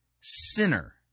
sinner